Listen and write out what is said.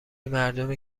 مردمی